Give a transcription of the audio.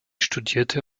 studierte